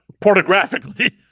pornographically